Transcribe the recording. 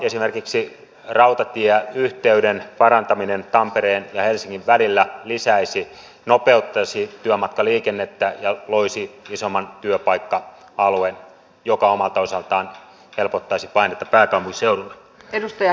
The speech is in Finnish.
esimerkiksi rautatieyhteyden parantaminen tampereen ja helsingin välillä lisäisi nopeuttaisi työmatkaliikennettä ja loisi isomman työpaikka alueen joka omalta osaltaan helpottaisi painetta pääkaupunkiseudulle